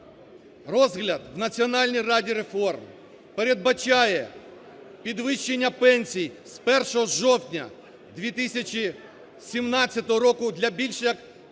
розгляд в Національній раді реформ. Передбачає підвищення пенсій з 1 жовтня 2017 року для більш як